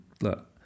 look